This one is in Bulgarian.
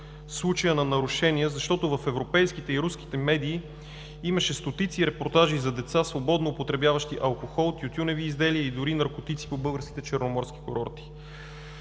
случая на нарушения, защото в европейските и руските медии имаше стотици репортажи за деца, свободно употребяващи алкохол, тютюневи изделия и дори наркотици по българските черноморски курорти.